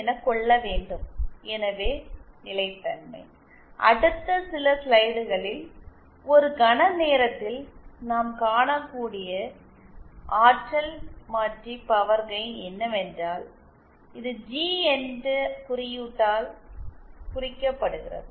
இன்னும் சிறிது நேரத்தில் அடுத்த சில ஸ்லைடுகளில் ஆற்றல் மாற்றி பவர் கெயின் என்னவென்று பார்ப்போம் இது ஜி என்ற குறியீட்டால் குறிக்கப்படுகிறது